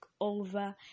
over